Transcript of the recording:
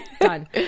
done